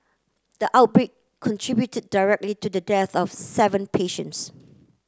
the outbreak contributed directly to the death of seven patients